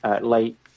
late